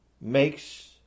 makes